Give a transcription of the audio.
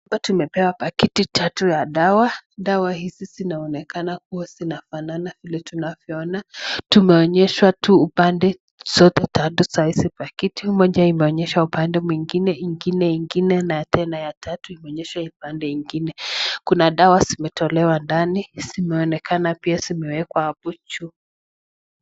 Hapa tumepewa pakiti tatu za dawa, dawa hizi zinaonekana kuwa zinafanana vile tunavyoona, tumeonyeshwa tu upande zote tatu za hizi pakiti. Moja imeonyeshwa upande mwingine, ingine ingine na tena ya tatu imeonyeshwa ile upande ingine. Kuna dawa zimetolewa ndani, zimeonekana pia zimewekwa hapo juu.